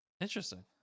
interesting